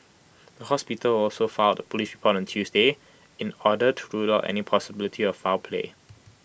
the hospital also filed A Police report on Tuesday in order to rule out any possibility of foul play